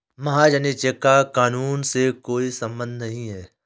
महाजनी चेक का कानून से कोई संबंध नहीं है